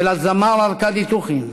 ולזמר ארקדי דוכין,